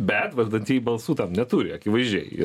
bet valdantieji balsų tam neturi akivaizdžiai